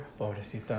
Pobrecita